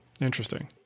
Interesting